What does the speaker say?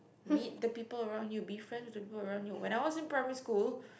meet the people around you be friends with people around you when I was in primary school